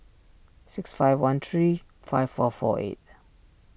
six five one three five four four eight